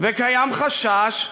וקיים חשש,